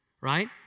Right